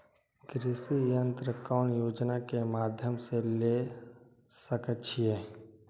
कृषि यंत्र कौन योजना के माध्यम से ले सकैछिए?